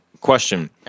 question